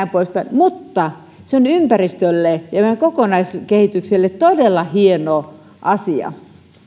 mutta se on ympäristölle ja meidän kokonaiskehitykselle todella hieno asia